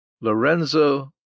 Lorenzo